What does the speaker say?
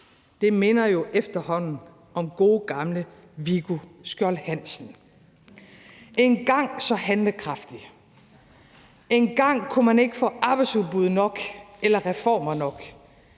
minder jo efterhånden om gode gamle Viggo Skjold Hansen. Engang var man så handlekraftig; engang kunne man ikke få arbejdsudbud eller reformer nok,